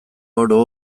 oro